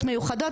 ועדות מיוחדות,